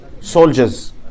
soldiers